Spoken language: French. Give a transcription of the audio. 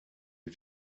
est